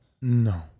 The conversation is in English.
no